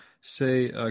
say